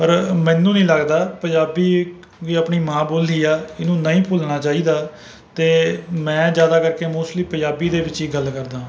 ਪਰ ਮੈਨੂੰ ਨਹੀਂ ਲੱਗਦਾ ਪੰਜਾਬੀ ਵੀ ਆਪਣੀ ਮਾਂ ਬੋਲੀ ਆ ਇਹਨੂੰ ਨਹੀਂ ਭੁੱਲਣਾ ਚਾਹੀਦਾ ਅਤੇ ਮੈਂ ਜ਼ਿਆਦਾ ਕਰਕੇ ਮੋਸਟਲੀ ਪੰਜਾਬੀ ਦੇ ਵਿੱਚ ਹੀ ਗੱਲ ਕਰਦਾ ਹਾਂ